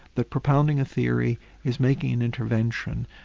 that propounding a theory is making intervention,